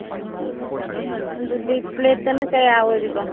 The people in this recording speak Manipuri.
ꯑꯥ ꯑꯗꯨꯗꯤ ꯄ꯭ꯂꯦꯠꯇꯅ ꯀꯌꯥ ꯑꯣꯏꯔꯤꯕ